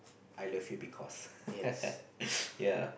I love you because ya